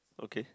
okay